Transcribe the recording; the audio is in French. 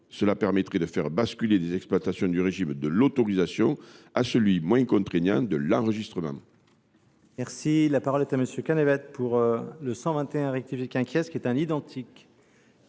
Cela permettrait de faire basculer des exploitations du régime de l’autorisation à celui, moins contraignant, de l’enregistrement.